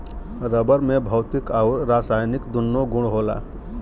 rubber में भौतिक आउर रासायनिक दून्नो गुण होला